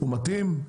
הוא מתאים?